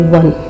one